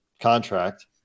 contract